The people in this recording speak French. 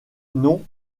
non